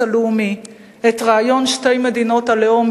הלאומי את רעיון שתי מדינות הלאום,